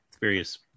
various